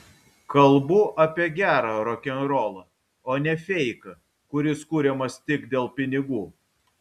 kalbu apie gerą rokenrolą o ne feiką kuris kuriamas tik dėl pinigų